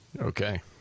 Okay